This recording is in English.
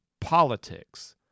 politics